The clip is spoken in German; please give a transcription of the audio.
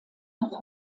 noch